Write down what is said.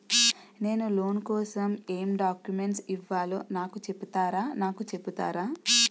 నేను లోన్ కోసం ఎం డాక్యుమెంట్స్ ఇవ్వాలో నాకు చెపుతారా నాకు చెపుతారా?